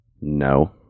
No